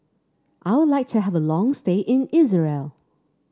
I would like to have a long stay in Israel